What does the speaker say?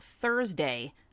Thursday